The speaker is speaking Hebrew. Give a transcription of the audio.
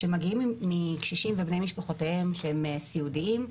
שמגיעים מקשישים ובני משפחותיהם שהם סיעודיים,